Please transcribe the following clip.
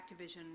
Activision